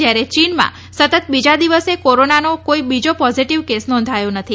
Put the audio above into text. જ્યારે ચીનમાં સતત બીજા દિવસે કોરોનાનો કોઇ પોઝિટીવ કેસ નોંધાયો નથી